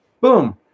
boom